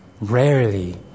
Rarely